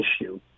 issue